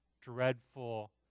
dreadful